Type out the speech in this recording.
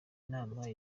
nama